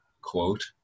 quote